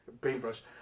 paintbrush